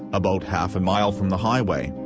about half a mile from the highway.